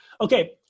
okay